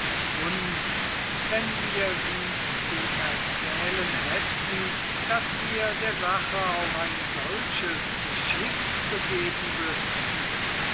und wenn wir sie zu erzählen hätten daß wir der sache auch ein solches geschick zu geben wüßten